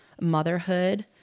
motherhood